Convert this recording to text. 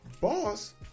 boss